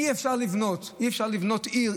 אי-אפשר לבנות עיר,